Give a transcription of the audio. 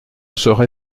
saurai